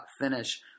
finish